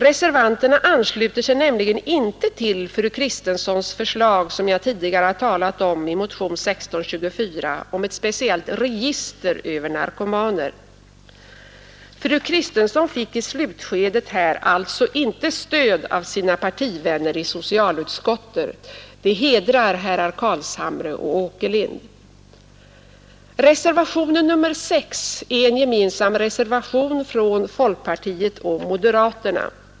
Reservanterna ansluter sig nämligen inte till fru Kristenssons förslag i motionen 1624 om ett speciellt register över narkomaner, ett förslag som jag tidigare har talat om. Fru Kristensson fick i slutskedet alltså intet stöd av sina partivänner i socialutskottet. Det hedrar herrar Carlshamre och Åkerlind. Reservationen 6 är en gemensam reservation från folkpartiet och moderata samlingspartiet.